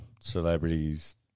celebrities